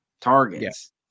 targets